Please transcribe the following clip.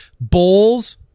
bowls